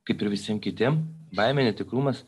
kaip ir visiem kitiem baimė netikrumas